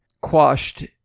quashed